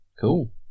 Cool